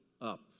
up